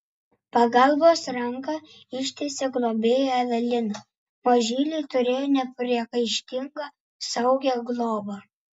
pagalbos ranką ištiesė globėja evelina mažyliai turėjo nepriekaištingą saugią globą